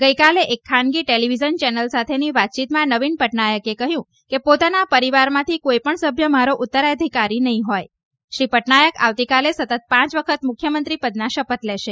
ગઇકાલે એક ખાનગી ટેલીવિઝન ચેનલ સાથેની વાતચીતમાં નવીન પટનાયકે કહ્યું કે પોતાના પરિવારમાંથી કોઇ પમ સભ્ય મારો ઉત્તરાધિકારી નહીં હોય શ્રી પટનાયક આવતીકાલે સતત પાંચ વખત મુખ્યમંત્રી પદના શપથ લેશે